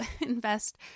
invest